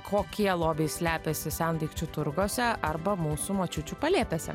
kokie lobiai slepiasi sendaikčių turguose arba mūsų močiučių palėpėse